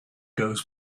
goes